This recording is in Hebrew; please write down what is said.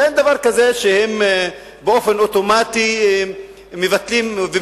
אין דבר כזה שהם באופן אוטומטי מבטלים את